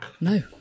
No